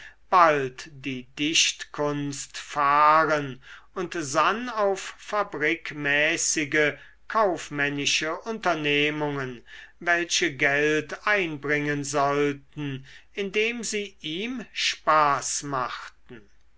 bald die dichtkunst fahren und sann auf fabrikmäßige kaufmännische unternehmungen welche geld einbringen sollten indem sie ihm spaß machten